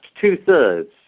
two-thirds